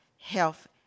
health